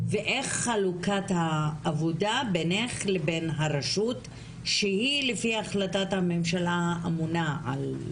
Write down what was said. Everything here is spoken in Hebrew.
ואיך חלוקת העבודה בינך לבין הרשות שהיא לפי החלטת הממשלה אמונה על